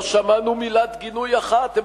לא שמענו מילת גינוי אחת.